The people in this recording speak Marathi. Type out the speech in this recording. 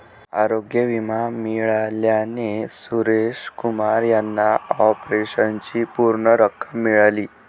आरोग्य विमा मिळाल्याने सुरेश कुमार यांना ऑपरेशनची पूर्ण रक्कम मिळाली